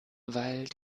weil